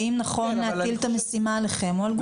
האם נכון להטיל את המשימה עליכם או על גוף אחר.